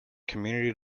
community